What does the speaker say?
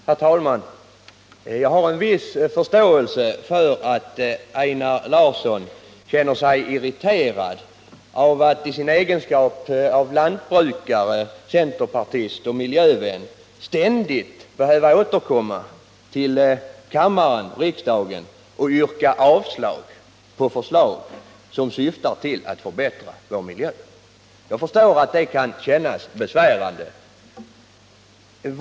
Herr talman! Jag har en viss förståelse för att Einar Larsson känner sig irriterad över att i sin egenskap av lantbrukare, centerpartist och miljövän här i kammaren ständigt behöva yrka avslag på förslag som syftar till att förbättra vår miljö. Jag förstår att det kan kännas besvärande.